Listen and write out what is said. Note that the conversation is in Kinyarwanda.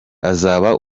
azaba